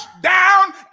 down